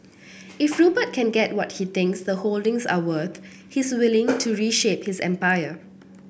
if Rupert can get what he thinks the holdings are worth he's willing to reshape his empire